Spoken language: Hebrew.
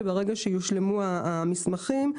שברגע שיושלמו המסמכים,